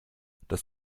das